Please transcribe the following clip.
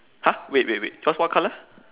!huh! wait wait wait yours what colour